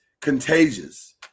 contagious